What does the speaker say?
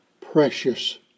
precious